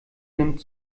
nimmt